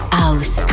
house